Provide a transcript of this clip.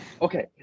Okay